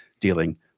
dealing